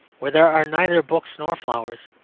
where there are neither books nor flowers,